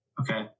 Okay